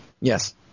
Yes